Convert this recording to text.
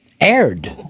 aired